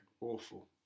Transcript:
Awful